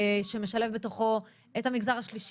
שמשלב בתוכו את המגזר השלישי,